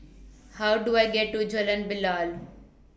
How Do I get to Jalan Bilal